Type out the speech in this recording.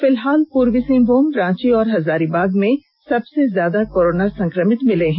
फिलहाल पूर्वी सिंहभूम रांची और हजारीबाग में सबसे ज्यादा कोरोना संक्रमित मिले हैं